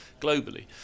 globally